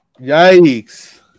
Yikes